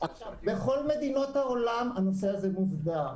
בכל מדינות העולם הנושא הזה מוסדר.